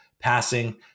passing